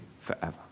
forever